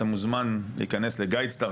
אתה מוזמן להיכנס לגיידסטאר,